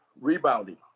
rebounding